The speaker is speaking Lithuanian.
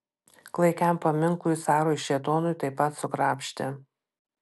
klaikiam paminklui carui šėtonui taip pat sukrapštė